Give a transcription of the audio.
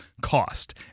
cost